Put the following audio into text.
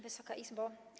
Wysoka Izbo!